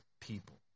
people